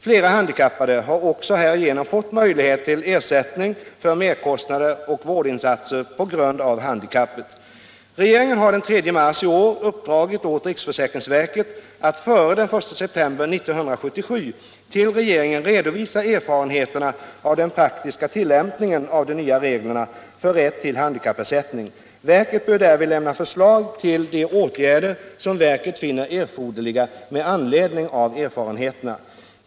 Fler handikappade har också härigenom fått möjlighet till ersättning för merkostnader och vårdinsatser på grund av handikappet. Regeringen har den 3 mars i år uppdragit åt riksförsäkringsverket att före den 1 september 1977 till regeringen redovisa erfarenheterna av den praktiska tillämpningen av de nya reglerna för rätt till handikappersättning. Verket bör därvid lämna förslag till de åtgärder som verket finner erforderliga med anledning av erfarenheterna.